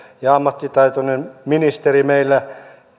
ja ammattitaitoinen ministeri meillä